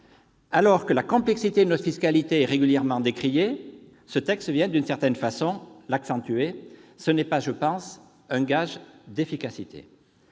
alors que la complexité de notre fiscalité est régulièrement décriée, ce texte vient d'une certaine façon l'accentuer. Ce n'est pas, selon moi, un gage d'efficacité.